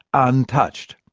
untouched.